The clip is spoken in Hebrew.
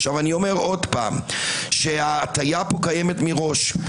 עכשיו אני עוד פעם אומר שההטיה פה קיימת מראש.